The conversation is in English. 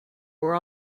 were